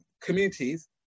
communities